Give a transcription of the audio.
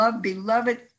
beloved